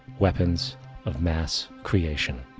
weapons of mass creation